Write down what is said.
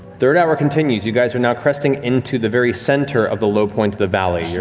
third hour continues. you guys are now cresting into the very center of the low point of the valley.